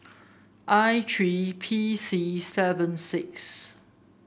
I three P C seven six